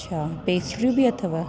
अच्छा पेस्ट्रियूं बि अथव